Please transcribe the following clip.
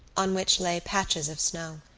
on which lay patches of snow.